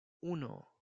uno